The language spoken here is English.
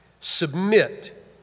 submit